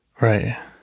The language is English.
Right